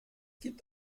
gibt